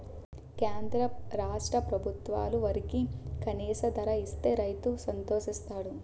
కేంద్ర రాష్ట్ర ప్రభుత్వాలు వరికి కనీస ధర ఇస్తే రైతు సంతోషిస్తాడు